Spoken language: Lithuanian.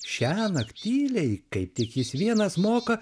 šiąnakt tyliai kaip tik jis vienas moka